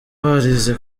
barize